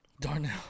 Darnell